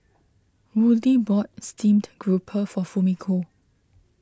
Woodie bought Steamed Grouper for Fumiko